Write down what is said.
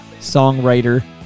songwriter